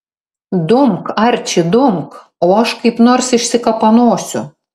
dumk arči dumk o aš kaip nors išsikapanosiu